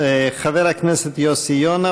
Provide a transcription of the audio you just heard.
חבר הכנסת יוסי יונה,